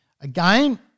Again